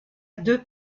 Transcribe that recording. deux